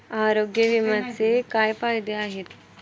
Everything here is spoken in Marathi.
आरोग्य विम्याचे काय फायदे आहेत?